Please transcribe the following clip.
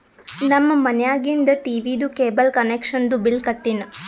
ನಮ್ ಮನ್ಯಾಗಿಂದ್ ಟೀವೀದು ಕೇಬಲ್ ಕನೆಕ್ಷನ್ದು ಬಿಲ್ ಕಟ್ಟಿನ್